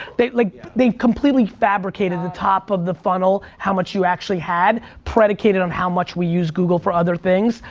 they like they completely fabricated the top of the funnel, how much you actually had predicated on how much we use google for other things,